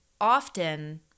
often